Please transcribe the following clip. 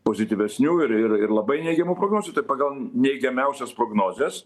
pozityvesnių ir ir ir labai neigiamų prognozių tai pagal neigiamiausias prognozes